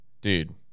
Dude